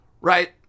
right